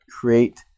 create